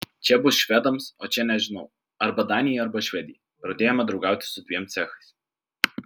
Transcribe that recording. čia bus švedams o čia nežinau arba danijai arba švedijai pradėjome draugauti su dviem cechais